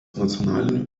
nacionaliniu